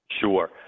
Sure